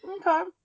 Okay